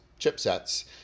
chipsets